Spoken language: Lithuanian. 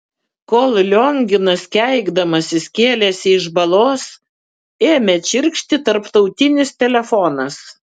kol lionginas keikdamasis kėlėsi iš balos ėmė čirkšti tarptautinis telefonas